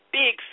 big